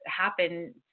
happen